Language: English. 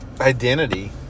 identity